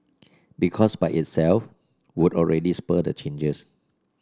because by itself would already spur the changes